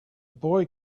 boy